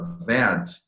event